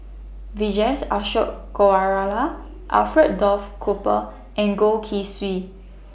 Vijesh Ashok Ghariwala Alfred Duff Cooper and Goh Keng Swee